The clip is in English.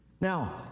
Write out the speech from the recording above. Now